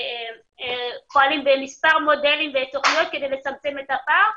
פועלים במספר מודלים ותוכניות כדי לצמצם את הפער,